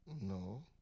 No